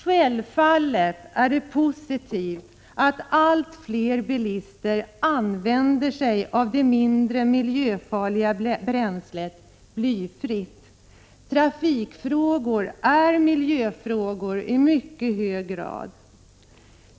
Självfallet är det positivt att allt fler bilister använder sig av det mindre miljöfarliga bränslet, dvs. blyfri bensin. Trafikfrågor är miljöfrågor i mycket hög grad.